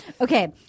Okay